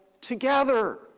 together